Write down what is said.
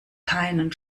keinen